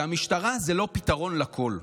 שהמשטרה היא לא פתרון לכול.